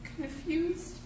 confused